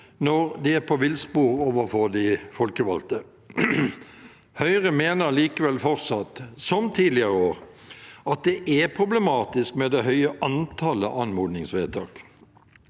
når de er på villspor overfor de folkevalgte. Høyre mener likevel fortsatt, som tidligere år, at det er problematisk med det høye antallet anmodningsvedtak.